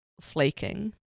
flaking